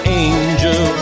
angel